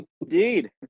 Indeed